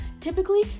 Typically